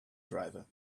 driver